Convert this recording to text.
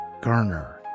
Garner